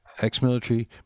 ex-military